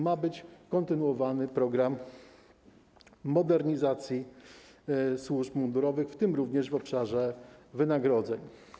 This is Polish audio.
Ma być kontynuowany program modernizacji służb mundurowych, w tym również w obszarze wynagrodzeń.